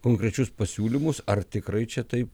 konkrečius pasiūlymus ar tikrai čia taip